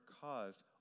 caused